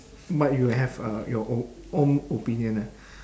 might you have a your o~ own opinion ah